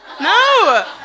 No